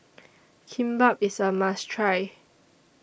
Kimbap IS A must Try